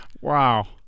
Wow